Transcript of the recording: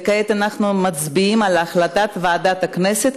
כעת אנחנו מצביעים על החלטת ועדת הכנסת